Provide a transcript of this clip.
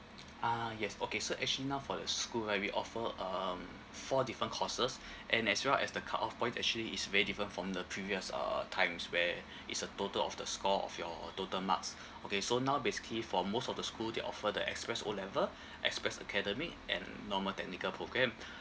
ah yes okay so actually now for the school right we offer um four different courses and as well as the cutoff point actually it's very different from the previous uh times where it's a total of the score of your total marks okay so now basically for most of the school they offer the express O level express academic and normal technical programme